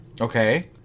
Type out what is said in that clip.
Okay